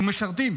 ומשרתים